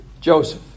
Joseph